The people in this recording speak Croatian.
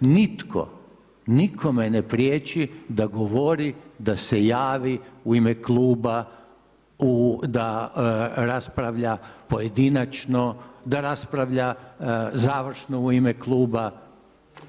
Nitko nikome ne priječi da govori, da se javi u ime kluba, da raspravlja pojedinačno, da raspravlja završno u ime kluba,